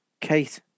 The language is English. Kate